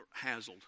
Hazled